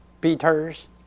beaters